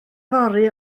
fory